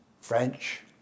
French